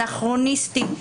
אנכרוניסטי,